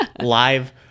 Live